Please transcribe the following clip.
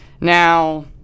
now